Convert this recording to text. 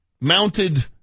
mounted